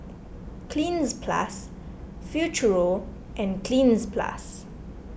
Cleanz Plus Futuro and Cleanz Plus